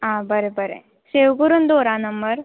आं बरें बरें सेव करून दवर आं नंबर